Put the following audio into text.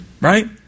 right